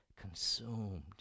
consumed